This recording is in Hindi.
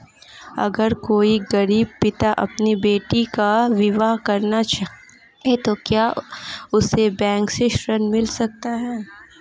अगर कोई गरीब पिता अपनी बेटी का विवाह करना चाहे तो क्या उसे बैंक से ऋण मिल सकता है?